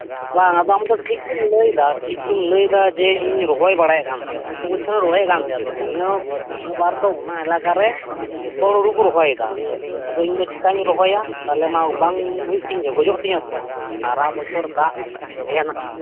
ᱵᱟᱝ ᱟᱫᱚ ᱟᱢᱫᱚ ᱴᱷᱤᱠᱜᱮᱢ ᱞᱟᱹᱭᱮᱫᱟ ᱴᱷᱤᱠᱜᱮᱢ ᱞᱟᱹᱭᱮᱫᱟ ᱡᱮ ᱤᱧ ᱤᱧ ᱨᱚᱦᱚᱭ ᱵᱟᱲᱟᱭᱮᱫ ᱠᱟᱱᱛᱟᱦᱮᱸᱫ ᱼᱟ ᱯᱨᱚᱛᱛᱮᱠ ᱵᱚᱪᱷᱚᱨᱤᱧ ᱨᱚᱦᱚᱭᱮᱫ ᱠᱟᱱ ᱛᱟᱦᱮᱸᱫᱼᱟ ᱟᱫᱚ ᱱᱤᱭᱟᱹ ᱵᱟᱨ ᱫᱚ ᱚᱱᱟ ᱮᱞᱟᱠᱟᱨᱮ ᱡᱚᱛᱚᱦᱚᱲ ᱦᱩᱲᱩᱠᱩ ᱨᱚᱦᱚᱭᱮᱫᱟ ᱟᱫᱚ ᱤᱧᱫᱚ ᱪᱮᱠᱟᱧ ᱨᱚᱦᱚᱭᱟ ᱛᱟᱦᱚᱞᱮᱢᱟ ᱵᱟᱝ ᱦᱩᱭᱩᱜ ᱛᱤᱧᱡᱮ ᱜᱚᱡᱚᱜ ᱛᱤᱧᱟᱹᱛᱚ ᱥᱟᱨᱟ ᱵᱚᱪᱷᱚᱨ ᱫᱟᱜᱽ ᱛᱟᱦᱮᱸᱱᱟ